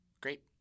Great